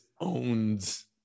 owns